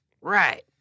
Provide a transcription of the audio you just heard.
Right